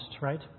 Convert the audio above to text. right